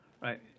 right